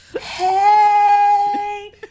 Hey